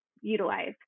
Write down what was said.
utilize